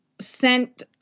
sent